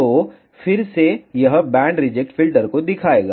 तो फिर से यह बैंड रिजेक्ट फिल्टर को दिखाएगा